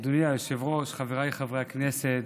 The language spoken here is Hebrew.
אדוני היושב-ראש, חבריי חברי הכנסת,